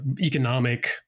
economic